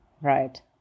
Right